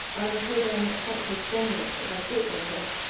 i am afraid i am not quite so strong yet as i thought myself.